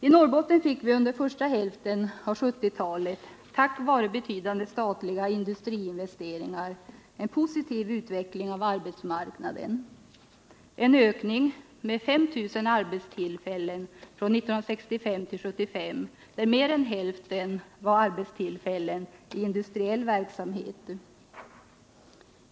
I Norrbotten fick vi under första hälften av 1970-talet, tack vare betydande statliga industriinvesteringar, en positiv utveckling av arbetsmarknaden, en ökning med 5 000 arbetstillfällen från 1965 till 1975, där mer än hälften var arbetstillfällen i industriell verksamhet.